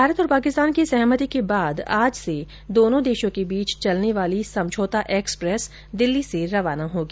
भारत और पाकिस्तान की सहमति के बाद आज से दोनों देशों के बीच चलने वाली समझौता एक्सप्रेस दिल्ली से रवाना होगी